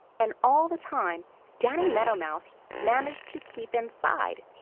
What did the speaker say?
and all the time danny meadow mouse managed to keep inside,